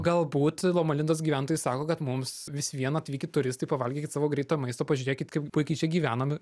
galbūt loma lindos gyventojai sako kad mums vis vien atvykę turistai pavalgykit savo greito maisto pažiūrėkit kaip puikiai čia gyvenam